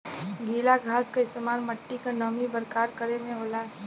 गीला घास क इस्तेमाल मट्टी क नमी बरकरार करे में होला